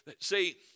See